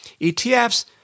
ETFs